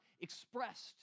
expressed